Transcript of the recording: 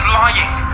lying